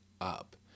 up